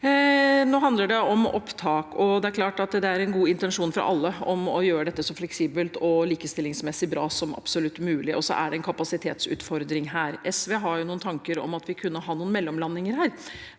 Nå handler det om opptak. Det er klart at det er en god intensjon fra alle om å gjøre dette så fleksibelt og likestillingsmessig bra som absolutt mulig. Så er det en kapasitetsutfordring her. SV har noen tanker om at vi kunne ha noen mellomlandinger –